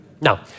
Now